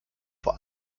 vor